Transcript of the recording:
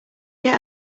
get